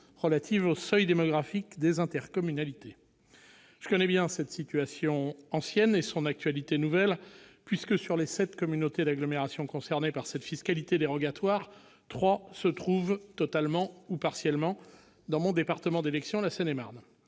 relatives aux seuils démographiques des intercommunalités. Je connais bien cette situation ancienne et sa récente actualité : sur les sept communautés d'agglomération concernées par cette fiscalité dérogatoire, trois se trouvent totalement ou partiellement dans mon département d'élection, la Seine-et-Marne.